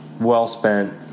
well-spent